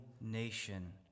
nation